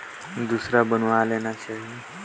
Card भुलाही ता मोला कौन करना परही?